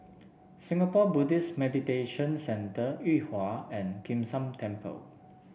Singapore Buddhist Meditation Centre Yuhua and Kim San Temple